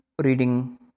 reading